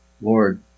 Lord